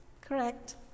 Correct